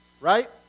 Right